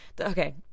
okay